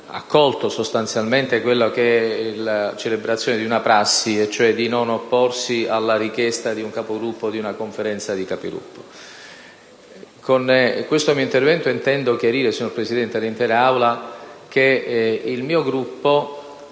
accolto sostanzialmente quella che è la celebrazione di una prassi, cioè di non opporsi alla richiesta di un Capogruppo di convocare una Conferenza dei Capigruppo. Con questo mio intervento, signor Presidente, intendo chiarire all'intera Aula che il mio Gruppo